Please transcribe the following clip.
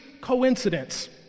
coincidence